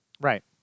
Right